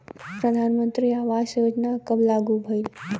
प्रधानमंत्री आवास योजना कब लागू भइल?